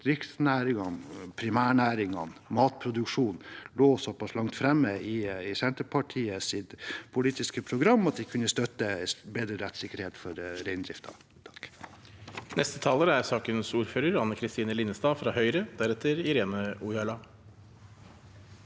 at distriktsnæringene, primærnæringene og matproduksjon lå såpass langt framme i Senterpartiets politiske program at de kunne ha støttet forslag om bedre rettssikkerhet for reindriften.